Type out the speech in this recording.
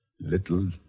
little